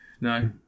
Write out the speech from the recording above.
no